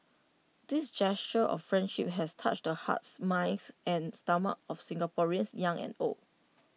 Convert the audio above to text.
these gestures of friendship has touched the hearts minds and stomachs of Singaporeans young and old